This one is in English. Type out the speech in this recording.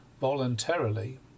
voluntarily